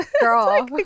girl